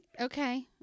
Okay